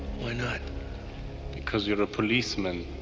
why not because you're a policeman,